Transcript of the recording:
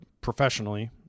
professionally